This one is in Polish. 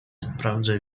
sprawdzę